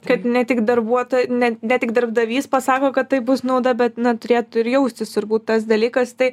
kad ne tik darbuotoj ne ne tik darbdavys pasako kad tai bus nauda bet na turėtų ir jaustis turbūt tas dalykas tai